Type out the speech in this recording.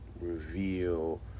reveal